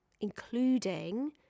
including